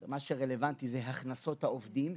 מה שרלוונטי אלה הן הכנסות העובדים,